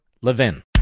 LEVIN